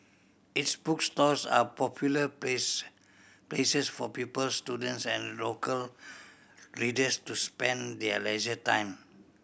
its bookstores are popular place places for pupils students and local readers to spend their leisure time